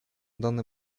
данный